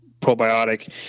probiotic